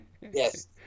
Yes